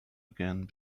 again